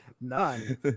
None